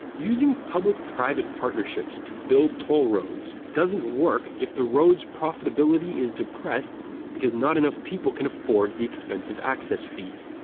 using public private partnerships to build toll roads doesn't work if the road's profitability is depressed because not enough people can afford the expensive access fees.